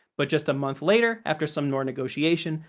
but just a month later, after some more negotiation,